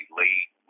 late